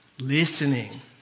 listening